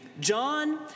John